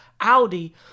Audi